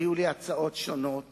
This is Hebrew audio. היו לי הצעות שונות